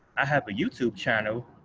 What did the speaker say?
i have a youtube channel,